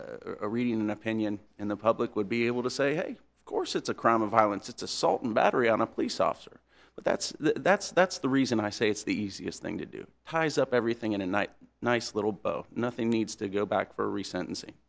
are reading an opinion in the public would be able to say of course it's a crime of violence it's assault and battery on a police officer but that's that's that's the reason i say it's the easiest thing to do ties up everything in a night nice little bow nothing needs to go back for recen